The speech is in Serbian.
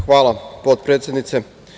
Hvala, potpredsednice.